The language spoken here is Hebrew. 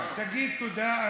תגיד תודה.